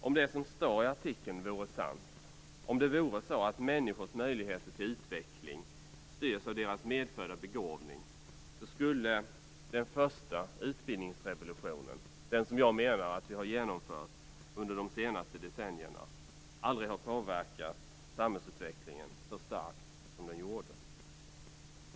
Om det som står i artikeln vore sant, om det vore så, att människors möjligheter till utveckling styrs av deras medfödda begåvning, skulle den första utbildningsrevolutionen, den som jag menar att vi har genomfört under de senaste decennierna, aldrig ha påverkat samhällsutvecklingen så starkt som den gjort.